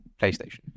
PlayStation